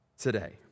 today